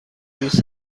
دوست